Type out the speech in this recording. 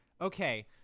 Okay